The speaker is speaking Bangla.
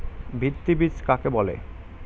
ভিত্তি বীজ কাকে বলে?